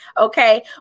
okay